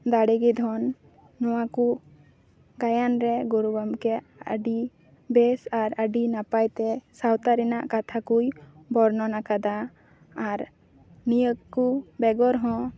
ᱫᱟᱲᱮᱜᱮ ᱫᱷᱚᱱ ᱱᱚᱣᱟ ᱠᱚ ᱜᱟᱭᱟᱱ ᱨᱮ ᱜᱩᱨᱩᱜᱚᱢᱠᱮᱭᱟᱜ ᱟᱹᱰᱤ ᱵᱮᱥ ᱟᱨ ᱟᱹᱰᱤ ᱱᱟᱯᱟᱭ ᱛᱮ ᱥᱟᱶᱛᱟ ᱨᱮᱱᱟᱜ ᱠᱟᱛᱷᱟ ᱠᱚᱭ ᱵᱚᱨᱱᱚᱱ ᱟᱠᱟᱫᱟ ᱟᱨ ᱱᱤᱭᱟᱹ ᱠᱚ ᱵᱮᱜᱚᱨ ᱦᱚᱸ